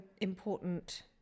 important